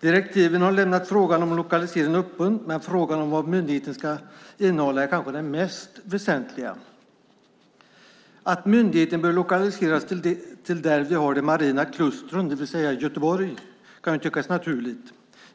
Direktiven har lämnat frågan om lokalisering öppen. Men frågan om vad myndigheten ska innehålla är kanske den mest väsentliga. Att myndigheten bör lokaliseras där vi har de marina klustren, det vill säga i Göteborg, kan tyckas naturligt.